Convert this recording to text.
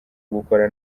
gukora